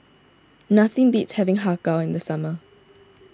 nothing beats having Har Kow in the summer